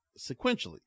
sequentially